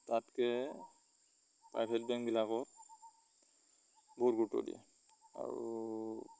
তাতকে প্ৰাইভেট বেংকবিলাকত বহুত গুৰুত্ব দিয়ে আৰু